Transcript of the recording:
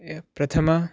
प्रथम